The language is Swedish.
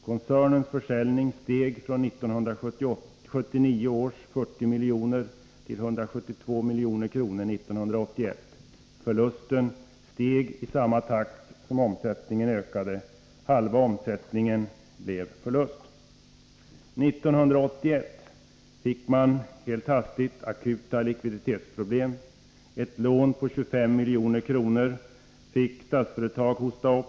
Koncernens försäljning steg från 1979 års 40 milj.kr. till 172 milj.kr. år 1981. Förlusten steg i samma takt som omsättningen ökade. Halva omsättningen blev förlust. År 1981 fick man helt hastigt akuta likviditetsproblem. Ett lån på 25 milj.kr. fick Statsföretag hosta upp.